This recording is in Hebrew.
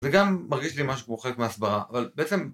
זה גם מרגיש לי משהו כמו חלק מהסברה